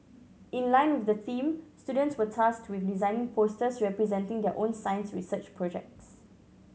in line with the theme students were tasked with designing posters representing their own science research projects